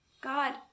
God